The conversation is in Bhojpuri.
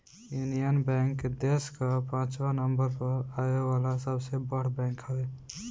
यूनियन बैंक देस कअ पाचवा नंबर पअ आवे वाला सबसे बड़ बैंक हवे